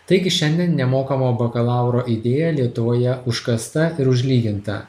taigi šiandien nemokamo bakalauro idėja lietuvoje užkasta ir užlyginta